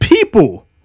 people